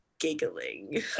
giggling